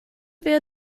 wir